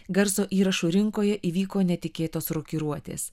garso įrašų rinkoje įvyko netikėtos rokiruotės